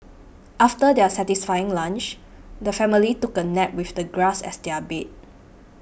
after their satisfying lunch the family took a nap with the grass as their bed